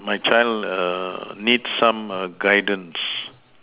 my child err needs some err guidance